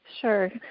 Sure